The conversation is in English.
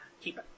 keep